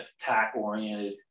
attack-oriented